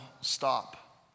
stop